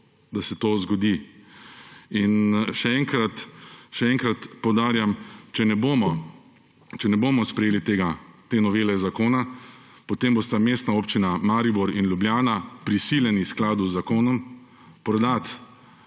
da se to zgodi. Še enkrat poudarjam, če ne bomo sprejeli te novele zakona, potem bosta Mestna občina Maribor in Ljubljana prisiljeni v skladu z zakonom prodati